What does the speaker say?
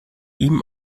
ihm